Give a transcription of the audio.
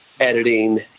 editing